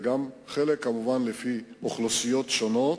כמובן לפי אוכלוסיות שונות.